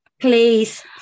please